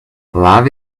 love